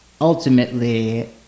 ultimately